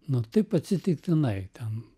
nu taip atsitiktinai ten